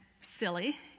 silly